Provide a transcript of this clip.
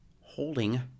holding